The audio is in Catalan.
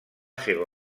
seva